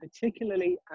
particularly